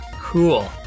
Cool